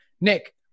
Nick